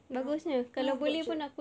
!alamak! cut off budget